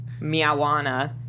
Miawana